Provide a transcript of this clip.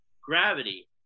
gravity